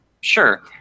sure